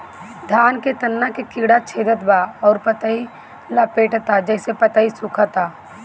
धान के तना के कीड़ा छेदत बा अउर पतई लपेटतबा जेसे पतई सूखत बा?